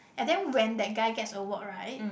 and then when that guy gets a work right